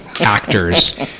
actors